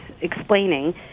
explaining